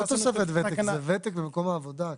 לא תוספת ותק, זה ותק במקום העבודה הכוונה.